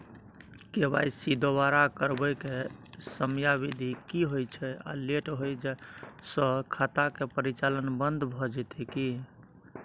KYC दोबारा करबै के समयावधि की होय छै आ लेट होय स खाता के परिचालन बन्द भ जेतै की?